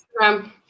instagram